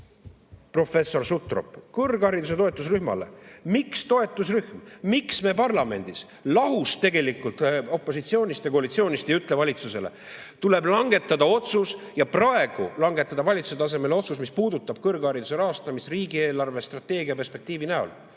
professor Sutrop. Kõrghariduse toetusrühmale! Miks toetusrühm parlamendis, lahus opositsioonist ja koalitsioonist, ei ütle valitsusele: tuleb langetada otsus ja praegu langetada valitsuse tasemel otsus, mis puudutab kõrghariduse rahastamist riigi eelarvestrateegia perspektiivi näol?